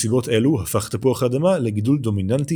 מסיבות אלו הפך תפוח האדמה לגידול דומיננטי